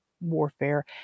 warfare